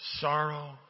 sorrow